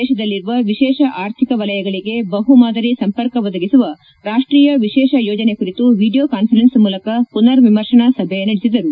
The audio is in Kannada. ದೇಶದಲ್ಲಿರುವ ವಿಶೇಷ ಆರ್ಥಿಕ ವಲಯಗಳಿಗೆ ಬಹು ಮಾದರಿ ಸಂಪರ್ಕ ಒದಗಿಸುವ ರಾಷ್ಟೀಯ ವಿಶೇಷ ಯೋಜನೆ ಕುರಿತು ವಿಡಿಯೋ ಕಾನ್ವರೆನ್ಸ್ ಮೂಲಕ ಪುನರ್ ವಿಮರ್ಶನಾ ಸಭೆ ನಡೆಸಿದರು